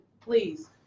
please